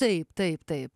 taip taip taip